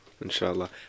Inshallah